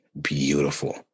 beautiful